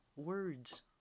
words